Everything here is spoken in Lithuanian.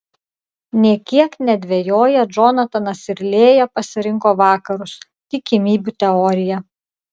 nė kiek nedvejoję džonatanas ir lėja pasirinko vakarus tikimybių teoriją